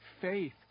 Faith